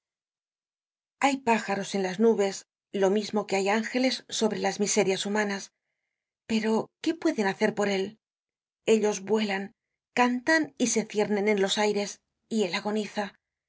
hay pájaros en las nubes lo mismo que hay ángeles sobre las miserias humanas pero qué pueden hacer por él ellos vuelan cantan y se ciernen en los aires y él agoniza